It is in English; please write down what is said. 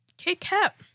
Kit-Kat